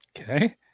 okay